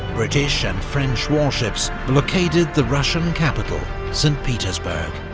british and french warships blockaded the russian capital st petersburg.